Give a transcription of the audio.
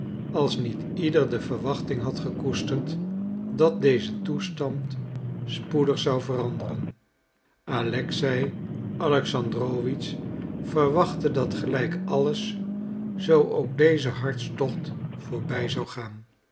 als niet ieder de verwachting had gekoesterd dat deze toestand spoedig zou veranderen alexei alexandrowitsch verwachtte dat gelijk alles zoo ook deze hartstocht voorbij zou gaan